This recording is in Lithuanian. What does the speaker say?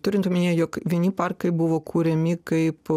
turint omeny jog vieni parkai buvo kuriami kaip